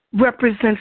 represents